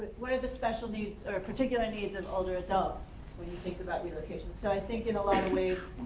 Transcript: what are the special needs or particular needs of older adults when you think about relocation? so i think in a lot of ways,